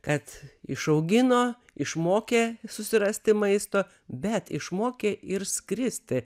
kad išaugino išmokė susirasti maisto bet išmokė ir skristi